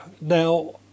now